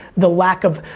the lack of,